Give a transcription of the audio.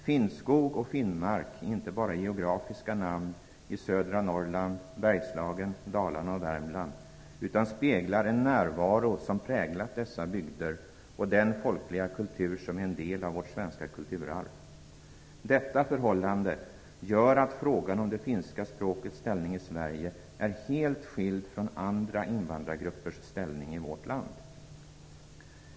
Finnskog och finnmark är inte bara geografiska namn i södra Norrland, Bergslagen, Dalarna och Värmland, utan speglar en närvaro som präglat dessa bygder och den folkliga kultur som är en del av vårt svenska kulturarv. Detta förhållande gör att frågan om det finska språkets ställning i Sverige är helt skild från andra invandrargruppers ställning i vårt land.